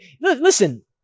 listen